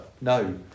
No